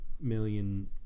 million